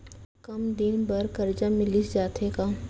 कम दिन बर करजा मिलिस जाथे का?